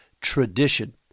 tradition